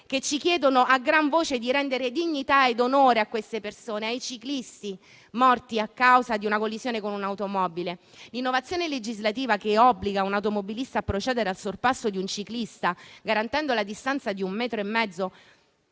ad arrivarci *mail* - di rendere dignità ed onore a quelle persone, ai ciclisti morti a causa di una collisione con un'automobile. L'innovazione legislativa che obbliga un automobilista a procedere al sorpasso di un ciclista garantendo la distanza di un metro e mezzo